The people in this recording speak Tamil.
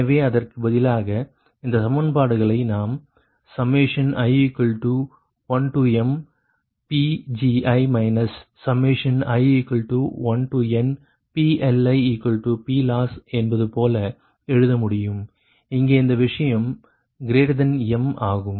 எனவே அதற்கு பதிலாக இந்த சமன்பாடுகளை நாம் i1mPgi i1nPLiPloss என்பது போல எழுத முடியும் இங்கே இந்த விஷயம் m ஆகும்